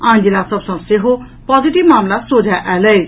आन जिला सभ सँ सेहो पॉजिटिव मामिला सोझा आयल अछि